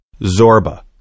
Zorba